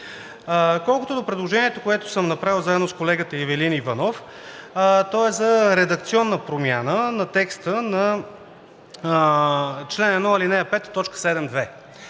Колкото до предложението, което съм направил заедно с колегата Ивелин Иванов, то е за редакционна промяна на текста на чл. 1, ал.